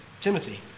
timothy